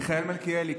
מיכאל מלכיאלי,